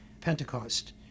Pentecost